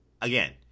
again